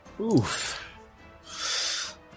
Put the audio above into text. Oof